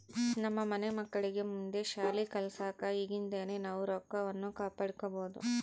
ನಮ್ಮ ಮನೆ ಮಕ್ಕಳಿಗೆ ಮುಂದೆ ಶಾಲಿ ಕಲ್ಸಕ ಈಗಿಂದನೇ ನಾವು ರೊಕ್ವನ್ನು ಕೂಡಿಡಬೋದು